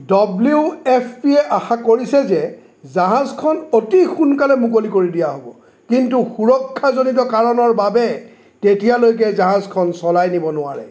W F পিয়ে আশা কৰিছে যে জাহাজখন অতি সোনকালে মুকলি কৰি দিয়া হ'ব কিন্তু সুৰক্ষাজনিত কাৰণৰ বাবে তেতিয়ালৈকে জাহাজখন চলাই নিব নোৱাৰে